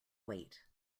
wait